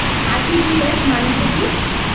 RTGS মানে টা কি?